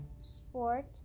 sport